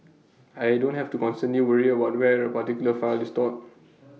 I don't have to constantly worry about the where A particular file is stored